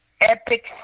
epic